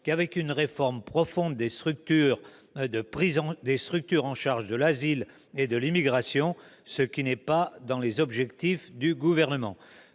qu'avec une réforme profonde des structures chargées de l'asile et de l'immigration, qui n'est pas dans les objectifs du Gouvernement.